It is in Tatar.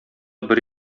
бер